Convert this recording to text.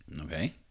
Okay